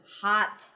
hot